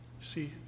See